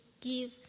give